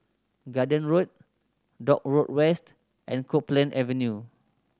Garden Road Dock Road West and Copeland Avenue